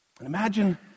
imagine